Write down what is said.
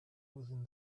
within